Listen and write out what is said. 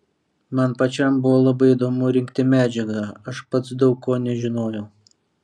man pačiam buvo labai įdomu rinkti medžiagą aš pats daug ko nežinojau